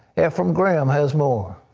efrem graham has more.